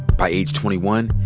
by age twenty one,